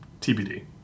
TBD